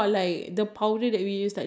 but then you remember when